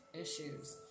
issues